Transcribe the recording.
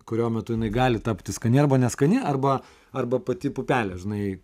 kurio metu jinai gali tapti skani arba neskani arba arba pati pupelė žinai